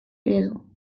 eredu